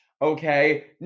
Okay